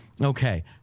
okay